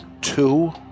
Two